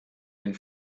den